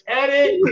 edit